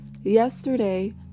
yesterday